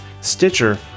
Stitcher